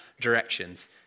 directions